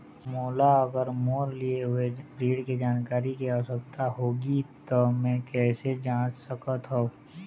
मोला अगर मोर लिए हुए ऋण के जानकारी के आवश्यकता होगी त मैं कैसे जांच सकत हव?